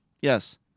yes